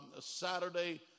Saturday